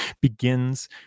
begins